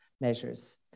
measures